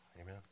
Amen